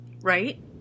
right